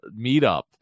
meetup